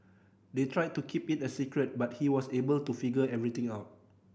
they tried to keep it a secret but he was able to figure everything out